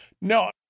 No